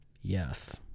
Yes